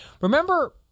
Remember